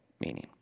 meaning